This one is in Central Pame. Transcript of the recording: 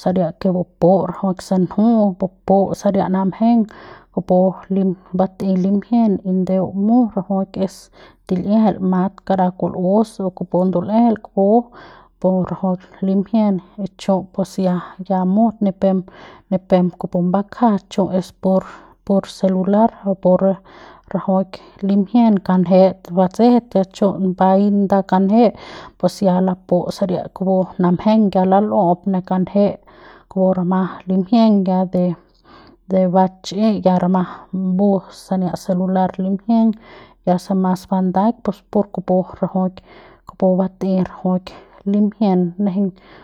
saria ke buput rajuik se nju'u bupu saria namjen kupu lim bat'ei limjien y ndeu mu rajui es til'iejel mat kara kul'us se kupu ndul'eje kupu pu rajuik limjien pus chu ya, ya mut ni pep bi pep kupu bakja chu es pur pur celular rapu re rajuik limjien kanjet batsjet per chu' bai nda kanje pus ya lapu saria kupu namjen ya lal'u'up pu kanje kupu rama limjien ya de de ba chi'i ya rama mbu sania celular limjien ya se mas bandaik pus pur kupu rajuik kupu batei rajuik limjien nejeiñ.